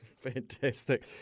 fantastic